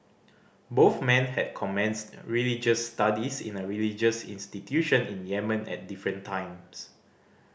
both men had commenced religious studies in a religious institution in Yemen at different times